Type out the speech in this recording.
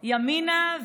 ימינה,